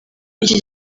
iki